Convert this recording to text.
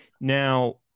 now